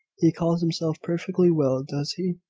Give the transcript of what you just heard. he calls himself perfectly well, does he?